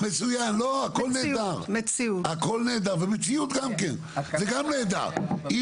מצוין לא הכל נהדר ומציאות גם כן הכל נהדר,